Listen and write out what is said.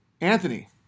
Anthony